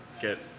get